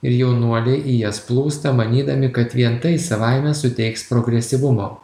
ir jaunuoliai į jas plūsta manydami kad vien tai savaime suteiks progresyvumo